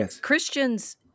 Christians